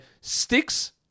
Sticks